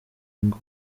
ngo